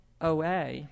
OA